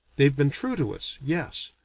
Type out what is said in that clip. they've been true to us, yes,